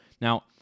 Now